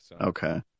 Okay